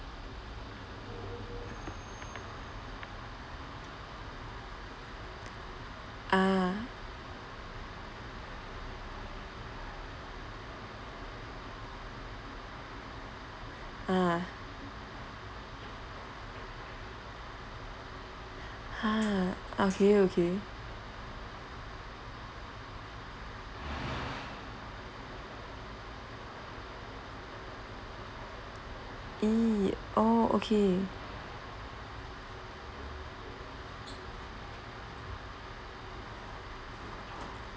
ah ah !huh! okay okay !ee! oh okay